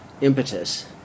impetus